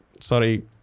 Sorry